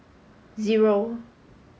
zero